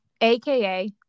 AKA